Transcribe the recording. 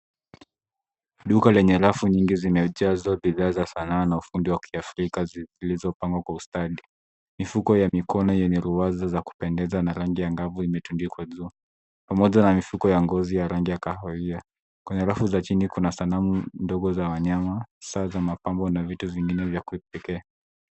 Duka lenye rafu nyingi zimejazwa bidhaa za sanaa na ufundi wa kiafrika zilizopangwa kwa ustadi. Mifuko ya mikono yenye ruwaza za kupendeza na rangi angavu imetundikwa juu pamoja na mifuko ya ngozi ya rangi ya kahawia. Kwenye rafu za chini kuna sanamu ndogo za wanyama, saa za mapambo na vitu vingine vya kipekee.